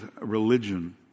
religion